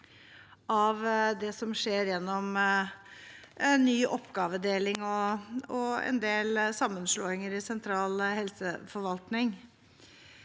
av det som skjer gjennom ny oppgavedeling og en del sammenslåinger i sentral helseforvaltning.